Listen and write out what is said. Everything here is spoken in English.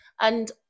and-